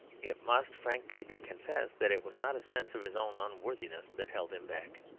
it must frankly be confessed that it was not a sense of his own unworthiness that held him back